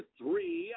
three